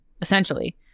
essentially